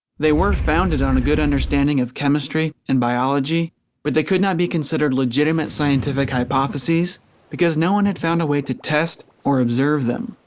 they were founded on a good understanding of chemistry and biology but they could not be considered legitimate scientific hypotheses because no one had found a way to test or observe them.